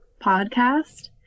podcast